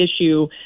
issue